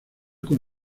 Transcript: con